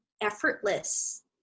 effortless